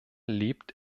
lebt